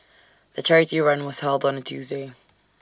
the charity run was held on A Tuesday